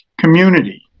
Community